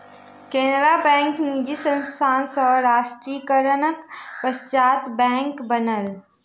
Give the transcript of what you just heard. Canara bank निजी संस्थान सॅ राष्ट्रीयकरणक पश्चात बैंक बनल